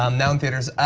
um now in theaters.